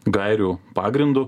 gairių pagrindu